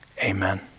Amen